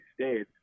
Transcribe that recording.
states